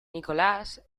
nicolás